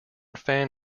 fan